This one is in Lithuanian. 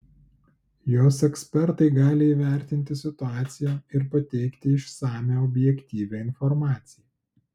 jos ekspertai gali įvertinti situaciją ir pateikti išsamią objektyvią informaciją